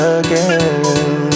again